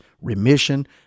remission